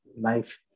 life